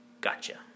gotcha